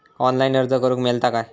Online अर्ज करूक मेलता काय?